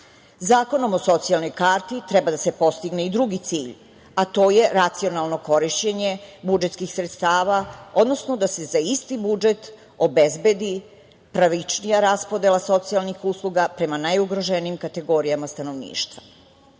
o socijalnoj karti treba da se postigne i drugi cilj, a to je racionalno korišćenje budžetskih sredstava, odnosno da se za isti budžet obezbedi pravičnija raspodela socijalnih usluga prema najugroženijim kategorijama stanovništva. Građani